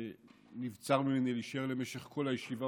נבצר ממני להישאר למשך כל הישיבה.